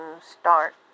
start